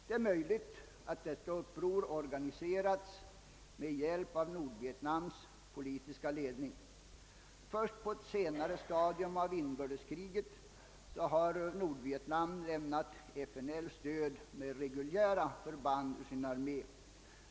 Det är möjligt att detta uppror organiserats med hjälp av Nordvietnams politiska ledning. Först på ett senare stadium av inbördeskriget har Nordvietnam lämnat FNL stöd med reguljära förband ur sin armé.